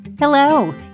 Hello